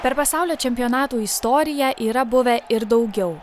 per pasaulio čempionatų istoriją yra buvę ir daugiau